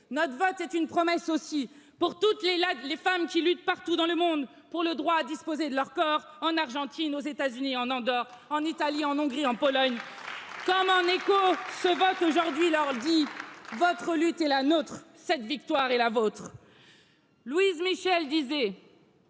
Notre vote est une promesse aussi pour pour toutes les femmes qui luttent partout dans le monde. pour le droit à disposer de leur corps, en Argentine, aux États Unis, en Andorre, en Italie, en Hongrie et en Pologne comme en écho Ce vote Aujourd'hui, dit, votre lutte est la nôtre, cette victoire est la vôtre.